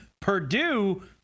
Purdue